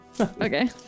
Okay